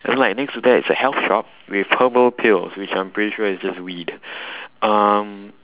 then like next to that is a health shop with herbal pills which I'm pretty sure is just weed um